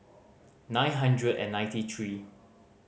nine hundred and ninety three